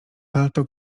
palto